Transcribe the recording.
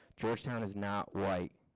georgetown is not white.